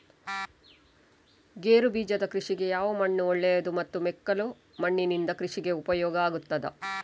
ಗೇರುಬೀಜದ ಕೃಷಿಗೆ ಯಾವ ಮಣ್ಣು ಒಳ್ಳೆಯದು ಮತ್ತು ಮೆಕ್ಕಲು ಮಣ್ಣಿನಿಂದ ಕೃಷಿಗೆ ಉಪಯೋಗ ಆಗುತ್ತದಾ?